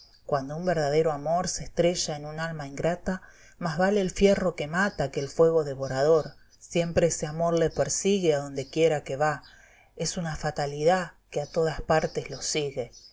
cuando un verdadero amor se estrella en un alma ingrata más vale el fierro que mata que el fuego devorador siempre ese amor lo persigue a donde quiera que va es una fatalidá que a todas partes lo sigue